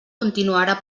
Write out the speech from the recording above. continuarà